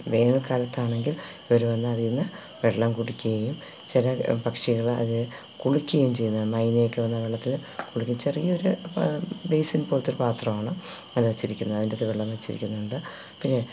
വേനല്ക്കാലത്താണെങ്കില് ഇവര് വന്നതീന്ന് വെള്ളം കുടിക്കുകയും ചില പക്ഷികള് അത് കുളിക്കുകയും ചെയ്യുന്നു മൈനയൊക്കെ വന്ന് ആ വെള്ളത്തില് കുളിക്കും ചെറിയൊരു ബേസിന് പോലത്തൊരു പാത്രമാണ് അവിടെ വെച്ചിരിക്കുന്നത് അതിന്റെയകത്ത് വെള്ളം വച്ചിരിക്കുന്നുണ്ട് പിന്നെ